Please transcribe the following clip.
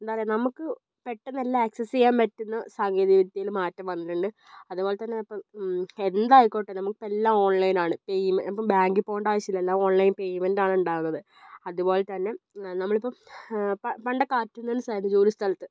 എന്താ പറയുക നമ്മൾക്ക് പെട്ടെന്ന് എല്ലാം ആക്സസ്സ് ചെയ്യാൻ പറ്റുന്ന സാങ്കേതിക വിദ്യയിൽ മാറ്റം വന്നിട്ടുണ്ട് അതുപോലെതന്നെ ഇപ്പം എന്തായിക്കോട്ടെ നമ്മുക്ക് ഇപ്പം എല്ലാം ഓൺലൈനാണ് ഇപ്പം ബാങ്കിൽ പോകേണ്ട ആവശ്യമില്ല എല്ലാം ഓൺലൈൻ പേയ്മെന്റാണ് ഉണ്ടാവുന്നത് അതുപോലെ തന്നെ നമ്മളിപ്പം പണ്ടൊക്കെ അറ്റന്റൻസായിരുന്നു ജോലി സ്ഥലത്ത്